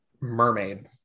Mermaid